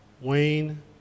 Wayne